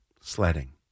Sledding